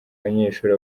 banyeshuri